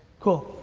cool,